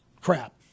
crap